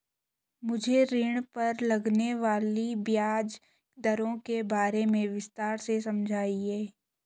मुझे ऋण पर लगने वाली ब्याज दरों के बारे में विस्तार से समझाएं